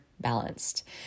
balanced